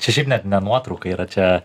čia šiaip net ne nuotrauka yra čia